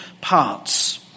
parts